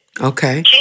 Okay